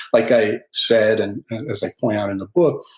like i said, and as i point out in the book,